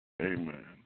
amen